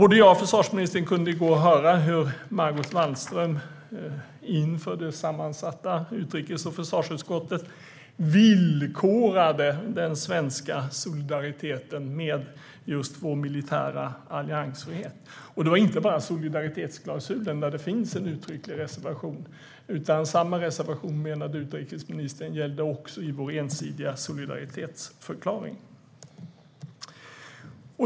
Både jag och försvarsministern kunde i går höra hur Margot Wallström inför det sammansatta utrikes och försvarsutskottet villkorade den svenska solidariteten med just vår militära alliansfrihet. Det var inte bara solidaritetsklausulen, där det finns en uttrycklig reservation, utan utrikesministern menade att samma reservation gäller vår ensidiga solidaritetsförklaring.